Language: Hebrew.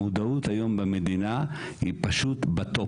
המודעות היום במדינה היא פשוט בטופ.